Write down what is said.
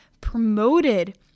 promoted